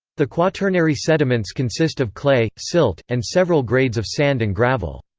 the quaternary sediments consist of clay, silt, and several grades of sand and gravel.